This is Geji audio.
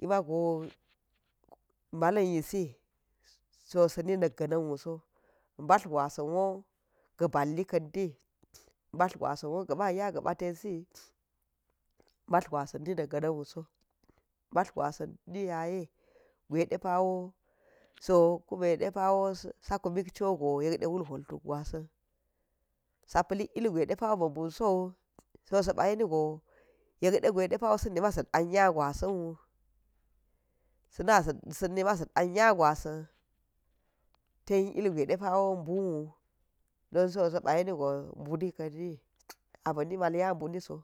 Ki mago mbalan yisi so si mi nak ga̱ na̱n wuso mba̱ gwasin wo ga̱ ba̱lli ka̱n ni, mba̱ gwasin wo ga̱ba̱ nya ga̱ba̱ten si mba̱ gwv sin nik ga̱ nan wuso mbagwa sa̱ ni yaye gwe ddepawo so kunde depawo sakimik cho go yekke de wul hwol tuk gwasa̱n sapa̱ lik igwe ɗepawo ba̱ bun so wu so sa̱ ba̱ yeni go yek de gwwe dɗepawo sa̱ ni ma zat an nya gwasan wu, sa̱ na zat an nya gwasan tan ilgwe depawo bunwu dan so sa̱ba̱ yeri go mbuni kan ni a bi ni mal bya mbuni so,